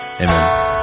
amen